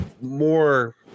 more